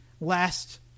last